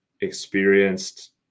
experienced